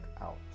out